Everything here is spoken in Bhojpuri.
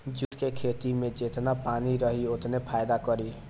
जूट के खेती में जेतना पानी रही ओतने फायदा करी